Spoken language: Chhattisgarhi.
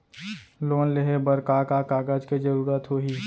लोन लेहे बर का का कागज के जरूरत होही?